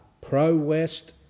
pro-West